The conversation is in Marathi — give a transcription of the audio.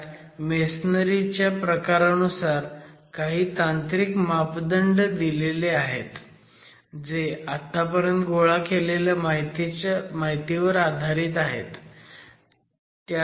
त्यात मेसनरी च्या प्रकारानुसार काही तांत्रिक मापदंड दिलेले आहेत जे आत्तापर्यंत गोळा केलेल्या माहितीवर आधारित आहे